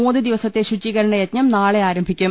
മൂന്നു ദിവ സത്തെ ശുചീകരണയജ്ഞം നാളെ ആരംഭിക്കും